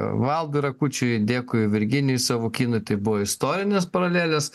valdui rakučiui dėkui virginijui savukynui tai buvo istorinės paralelės